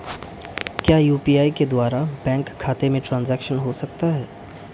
क्या यू.पी.आई के द्वारा बैंक खाते में ट्रैन्ज़ैक्शन हो सकता है?